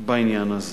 בעניין הזה.